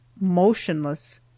motionless